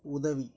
உதவி